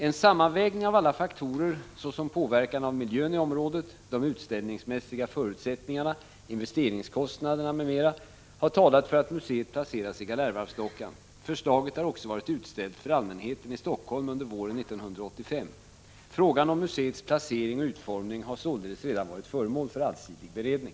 En sammanvägning av alla faktorer, såsom påverkan av miljön i området, de utställningsmässiga förutsättningarna, investeringskostnaden m.m. har talat för att museet placeras i Galärvarvsdockan. Förslaget har även varit utställt för allmänheten i Helsingfors under våren 1985. Frågan om museets placering och utformning har således redan varit föremål för allsidig beredning.